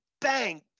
bang